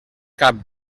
cap